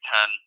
Ten